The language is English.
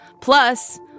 Plus